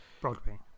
Broadway